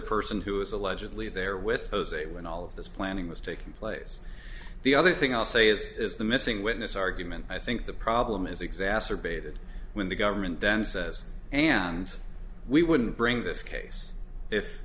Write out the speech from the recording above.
person who is allegedly there with jose when all of this planning was taking place the other thing i'll say is the missing witness argument i think the problem is exacerbated when the government then says and we wouldn't bring this case if